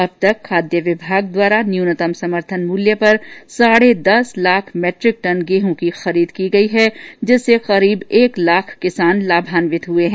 अब तक खाद्य विभाग द्वारा न्यूनतम समर्थन मूल्य पर साढ़े दस लाख मैट्रिक टन गेहूं की खरीद की गई है जिससे लगभग एक लाख किसान लाभान्वित हुए हैं